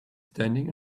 standing